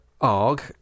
ARG